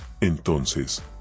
Entonces